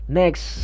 next